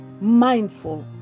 mindful